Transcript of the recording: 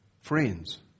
Friends